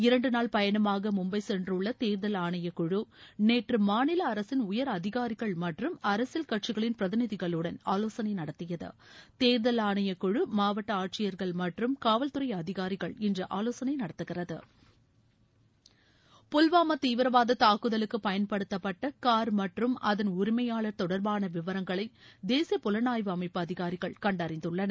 இரண்டு நாள் பயணமாக மும்பை சென்றுள்ள தேர்தல் ஆணைய குழு நேற்று மாநில அரசின் உயர் அதிகாரிகள் மற்றும் அரசியல் கட்சிகளின் பிரதிநிதிகளுடன் ஆலோசனை நடத்தியது தேர்தல் ஆணைய குழு மாவட்ட ஆட்சியர்கள் மற்றும் காவல்துறை அதிகாரிகள் இன்று ஆலோசனை நடத்துகிறது புல்வாமா தீவிரவாத தாக்குதலுக்கு பயன்படுத்தப்பட்ட கார் மற்றும் அதன் உரிமையாளர் தொடர்பான விவரங்களை தேசிய புலனாய்வு அமைப்பு அதிகாரிகள் கண்டறிந்துள்ளனர்